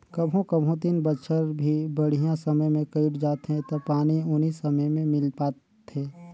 कभों कभों तीन बच्छर भी बड़िहा समय मे कइट जाथें त पानी उनी समे मे मिल पाथे